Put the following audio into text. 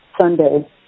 Sunday